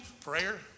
Prayer